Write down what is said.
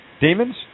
Demons